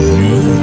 new